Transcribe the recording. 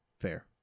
Fair